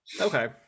Okay